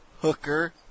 Hooker